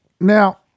Now